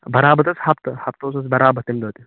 بَرابر حظ ہفتَس ہفتَس اوس برابر تَمہِ دۄہ تہِ